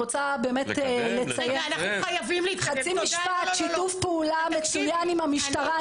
היה שיתוף פעולה מצוין עם המשטרה,